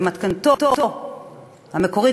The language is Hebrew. במתכונתו המקורית,